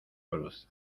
cruz